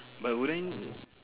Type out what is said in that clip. but wouldn't